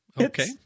Okay